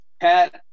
Pat